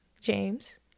James